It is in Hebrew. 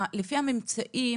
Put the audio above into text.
לפי הממצאים,